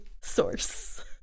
source